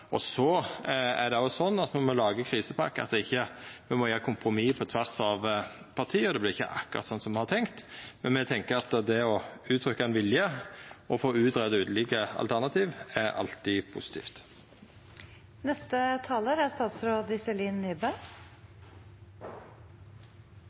er òg slik at når me lagar krisepakker, må me gjera kompromiss på tvers av parti, og det blir ikkje akkurat slik som me har tenkt. Men me tenkjer at det å uttrykkja ei vilje og å greia ut ulike alternativ er alltid